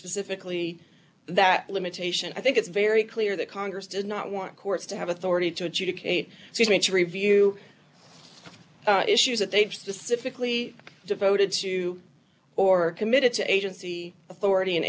specifically that limitation i think it's very clear that congress does not want courts to have authority to adjudicate disputes review issues that they've specifically devoted to or committed to agency authority an